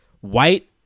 white